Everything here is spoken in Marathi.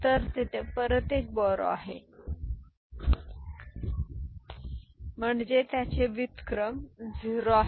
तर तेथे परत एक बोरो आहे जे विद्यमान आहे म्हणजे त्याचे व्युत्क्रम 0 आहे